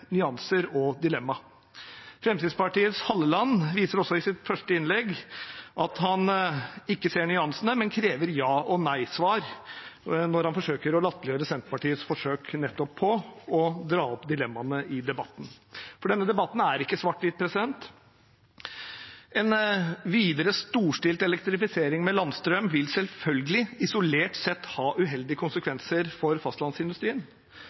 nyanser og dilemmaer. Fremskrittspartiets Halleland viser også i sitt første innlegg at han ikke ser nyansene, men krever ja- og nei-svar når han forsøker å latterliggjøre Senterpartiets forsøk på nettopp å dra opp dilemmaene i debatten. Denne debatten er ikke svart-hvitt. En videre storstilt elektrifisering med landstrøm vil selvfølgelig isolert sett ha uheldige konsekvenser for fastlandsindustrien,